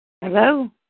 Hello